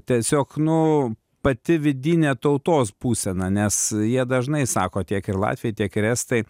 tiesiog nu pati vidinė tautos būsena nes jie dažnai sako tiek ir latviai tiek ir estai